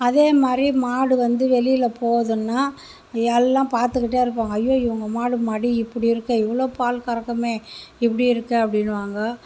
அதே மாதிரி மாடு வந்து வெளியில போவுதுன்னா எல்லாம் பார்த்துகிட்டே இருப்பாங்க ஐயோ இவங்க மாடு மடி இப்படி இருக்கே இவ்வளவு பால் கறக்குமே இப்படி இருக்கு அப்படின்னுவாங்க